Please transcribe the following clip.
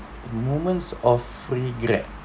the moments of regret